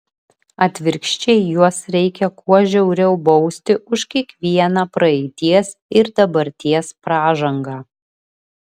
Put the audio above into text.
atvirkščiai juos reikia kuo žiauriau bausti už kiekvieną praeities ir dabarties pražangą